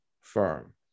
firm